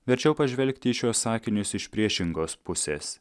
verčiau pažvelgti į šiuos sakinius iš priešingos pusės